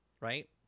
Right